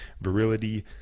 virility